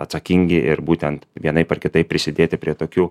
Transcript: atsakingi ir būtent vienaip ar kitaip prisidėti prie tokių